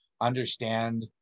understand